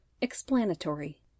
EXPLANATORY